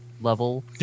level